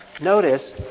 Notice